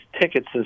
tickets